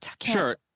Sure